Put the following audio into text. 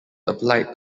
applied